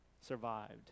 survived